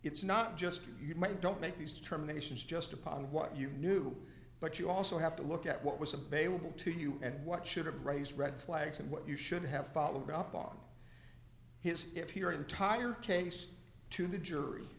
it's not just you might don't make these determinations just upon what you knew but you also have to look at what was available to you and what should have raised red flags and what you should have followed up on his if your entire case to the jury